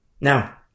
Now